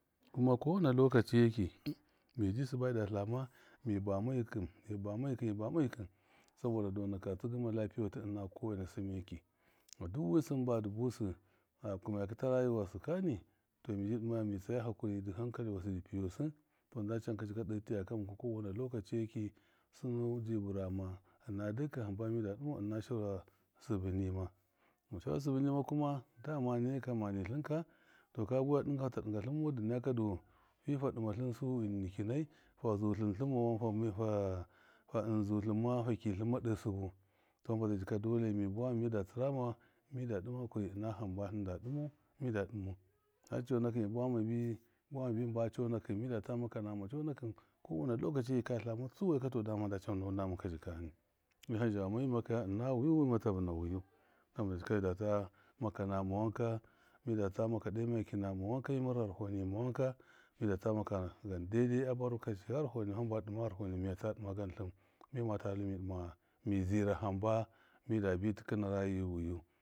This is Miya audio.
Kuma kɔwena lɔkaci yɔki midi siba mida tlama mi bama yikṫɨm mi bama yikɨm mi bama yikɨm sabɔda dɔn aka tsɨsɨ ma lapiye watṫɨ ɨna kɔwena sɨmeki, du wi sɨm- badɨ busɨ a kɨmaya kita rayiwasɨ kani tɔ miji dɨmaya mi tsaya hakuri hankali wasɨ dɨ piyusɨ dɨ piyu sɨta nda camka jika de tiya ya ka muku de kɔwena lkaci yeki sinɔji birama ɨna dukan. Hamba mida dɨmau ɨna shaura sɨbɨ nɨma, kuma shaura sibɨ nima kuma dama ne kema nitlɨn katɔ ka buwaya dɨngɨ ka fata dɨnga tlɨnmau, dɨ naja kadu fa dɨmatlɨn su ṫɨnniki nai fazun lintimo f- fa fa kitlɨn made sɨbu hamba zai jika mi buwa ma mida tsɨ rama mida dɨma hakuri ina hamba tlɨnde dɨmau mida dɨmau, har cɔnakɨn mi buwa mabi buwama bimba cɔnakṫn midata maka nama conakɨn midata maka nama cɔnakṫn kɔwena loɔkaci mika tlama tsuwai katɔ daman da tsananɔ mama ka jikani wihani. Zhamamau mima kiya ina wiyu wima tabɨna wiyu, hamba zai jika midata maka nama wanka mida ta make de makyaki nama wanka mimar gharahɔ nima wanka midata maka gan daidai hamba a ruwɨn jika gharahɔnima gandaidai hamba dɨ dɨma gharahɔ nima ka miyata dɨma gan tlɨn mitalu mi zira hamba mida bi tikṫna raji wiyu.